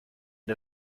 der